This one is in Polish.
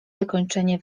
wykończenie